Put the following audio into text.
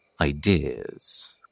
Ideas